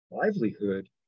livelihood